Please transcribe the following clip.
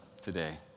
today